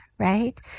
Right